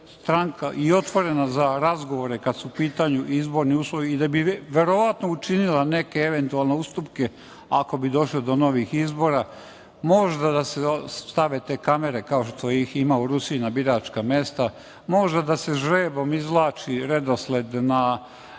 otvorena za razgovore kada su u pitanju izborni uslovi i da bi verovatno učinila neke eventualne ustupke ako bi došli do novih izbora, možda da se stave te kamere, kao što ih ima u Rusiji na biračka mesta, možda da se žrebom izvlači redosled na